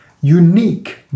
unique